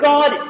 God